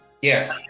Yes